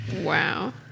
Wow